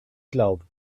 glauben